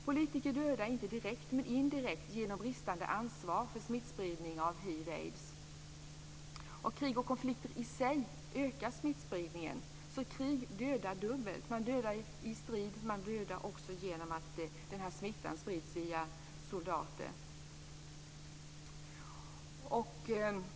Politiker dödar inte direkt men indirekt genom bristande ansvar för smittspridning av hiv/aids. Krig och konflikter i sig ökar smittspridning. Så krig dödar dubbelt. Man dödar i krig, man dödar också genom att smittan sprids via soldater.